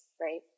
right